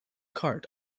cart